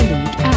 League